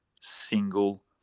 single